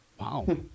Wow